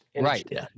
Right